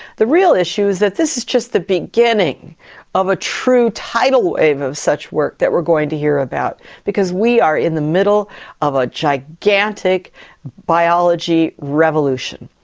the real issue is that this is just the beginning of a true tidal wave of such work that we are going to hear about because we are in the middle of a gigantic biology revolution.